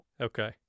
Okay